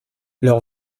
leur